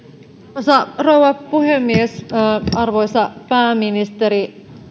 arvoisa rouva puhemies arvoisa pääministeri